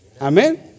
Amen